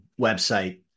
website